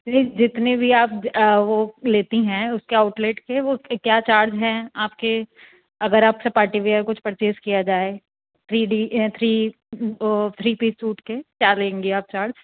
جی جتنے بھی آپ وہ لیتی ہیں اس کے آؤٹ لیٹ کے وہ کیا چارج ہیں آپ کے اگر آپ سے پارٹی ویئر کچھ پرچیز کیا جائے three D three three piece suit کے کیا لیں گی آپ چارج